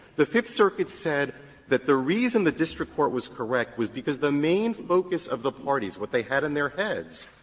the fifth circuit said that the reason the district court was correct was because the main focus of the parties, what they had in their heads,